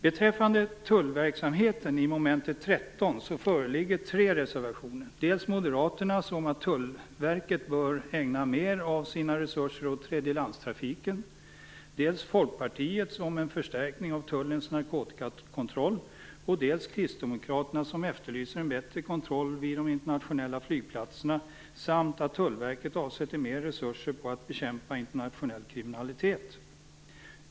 Beträffande mom. 13, som behandlar tullverksamheten, föreligger tre reservationer, dels Moderaternas om att Tullverket bör ägna mer av sina resurser åt tredjelandstrafiken, dels Folkpartiets om en förstärkning av tullens narkotikakontroll, dels Kristdemokraternas, i vilken man efterlyser en bättre kontroll vid de internationella flygplatserna samt för fram att Tullverket bör avsätta mer resurser på att bekämpa internationell kriminalitet.